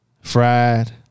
Fried